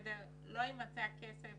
לא יימצא הכסף